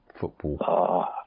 football